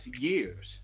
years